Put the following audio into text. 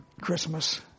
Christmas